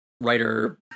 writer